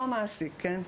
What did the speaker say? זה אותו מעסיק, כן?